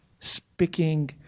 Speaking